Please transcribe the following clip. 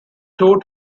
tour